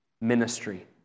ministry